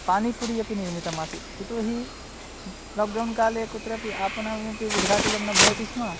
पानीपुरी अपि निर्मितमासीत् यतो हि लाक्डौन् काले कुत्रापि आपणमपि उद्घाटितं न भवति स्म